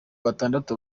batandatu